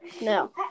No